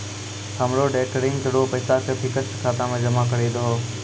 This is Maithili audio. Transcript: हमरो रेकरिंग रो पैसा के फिक्स्ड खाता मे जमा करी दहो